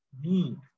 need